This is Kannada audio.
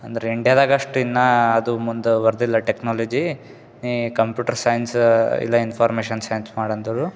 ಅಂದ್ರೆ ಇಂಡಿಯಾದಾಗ ಅಷ್ಟು ಇನ್ನು ಅದು ಮುಂದು ವರೆದಿಲ್ಲ ಟೆಕ್ನಾಲಜಿ ನಿ ಕಂಪ್ಯೂಟರ್ ಸೈನ್ಸ್ ಇಲ್ಲ ಇನ್ಫಾರ್ಮೇಷನ್ ಸೈನ್ಸ್ ಮಾಡು ಅಂದೋರು